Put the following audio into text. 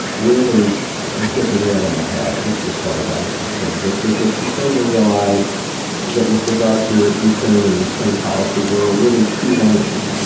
really hit the nail on the. had at least as far as i was concerned, which is that she came to realize that with regard to ukraine and the ukraine policy, there were really two lanes,